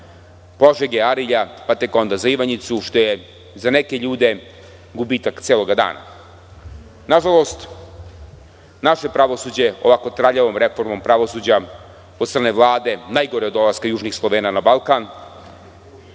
Požege, Arilja, pa tek onda za Ivanjicu, što je za neke ljude gubitak celog dana. Nažalost, naše pravosuđe ovako traljavom reformom pravosuđa od strane Vlade, najgore od dolaska južnih Slovena na Balkan,